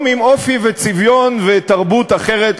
עם אופי וצביון ותרבות אחרים לחלוטין.